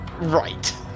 Right